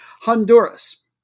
Honduras